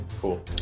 cool